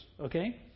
okay